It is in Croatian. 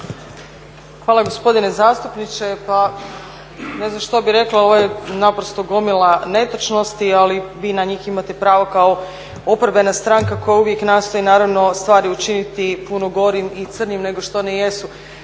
Hvala gospodine zastupniče. Pa ne znam što bih rekla, ovo je naprosto gomila netočnosti ali vi na njih imate pravo kao oporbena stranka koja uvijek nastoji naravno stvari učiniti puno gorim i crnjim nego što one jesu.